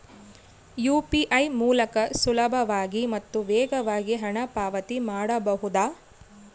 UPI ಮೂಲಕ ಸುಲಭವಾಗಿ ಮತ್ತು ವೇಗವಾಗಿ ಹಣ ಪಾವತಿ ಮಾಡಬಹುದಾ?